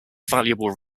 valuable